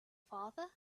father